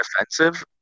offensive